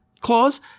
clause